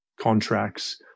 contracts